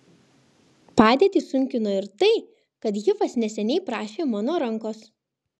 padėtį sunkino ir tai kad hifas neseniai prašė mano rankos